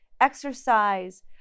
exercise